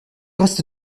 reste